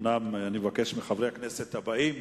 אני מבקש מחברי הכנסת הבאים